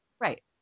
Right